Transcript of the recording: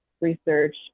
research